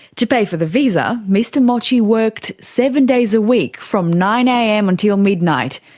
to pay for the visa, mr mochi worked seven days a week from nine am until midnight,